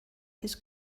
his